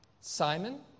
Simon